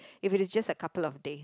if it is just a couple of day